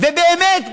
ובאמת,